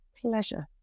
Pleasure